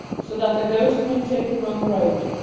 so that the ghost may take the wrong road.